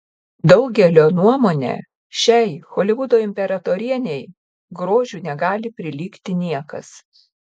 daugelio nuomone šiai holivudo imperatorienei grožiu negali prilygti niekas